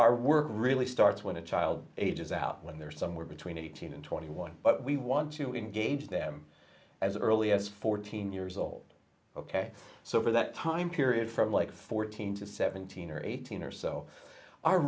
our work really starts when a child ages out when they're somewhere between eighteen and twenty one but we want to engage them as early as fourteen years old ok so for that time period from like fourteen to seventeen or eighteen or so our